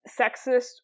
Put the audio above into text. sexist